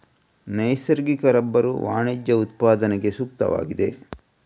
ನೈಸರ್ಗಿಕ ರಬ್ಬರು ವಾಣಿಜ್ಯ ಉತ್ಪಾದನೆಗೆ ಸೂಕ್ತವಾಗಿದೆ